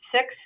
Six